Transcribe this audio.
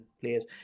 players